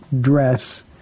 dress